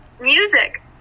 music